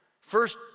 First